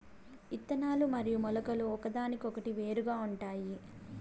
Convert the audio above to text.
ఇత్తనాలు మరియు మొలకలు ఒకదానికొకటి వేరుగా ఉంటాయి